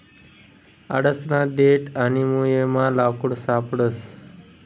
आडसना देठ आणि मुयमा लाकूड सापडस